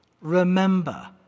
remember